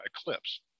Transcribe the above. eclipse